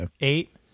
eight